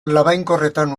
labainkorretan